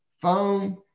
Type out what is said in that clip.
phone